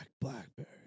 BlackBerry